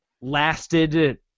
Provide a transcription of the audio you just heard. lasted